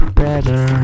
better